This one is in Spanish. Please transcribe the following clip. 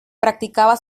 practicaba